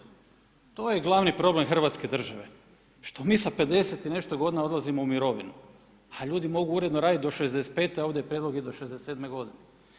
To je glavni problem Hrvatske države što mi sa 50 i nešto godina odlazimo u mirovinu a ljudi mogu uredno raditi do 65 a ovdje je prijedlog i do 67 godine.